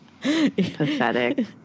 Pathetic